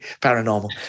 paranormal